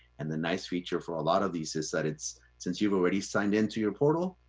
and the nice feature for a lot of these is that it's, since you've already signed into your portal,